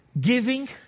giving